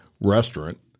restaurant